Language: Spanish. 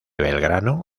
belgrano